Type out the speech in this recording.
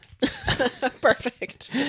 Perfect